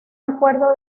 acuerdo